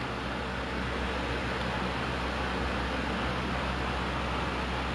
ya I'm in like chemical engineering so that's quite interesting